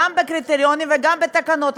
גם בקריטריונים וגם בתקנות,